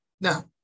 now